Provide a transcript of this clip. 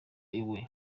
iwe